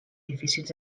difícils